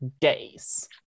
days